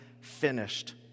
finished